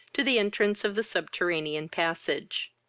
to the entrance of the subterranean passage.